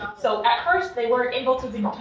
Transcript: so at first they weren't able to do